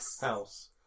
house